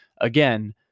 again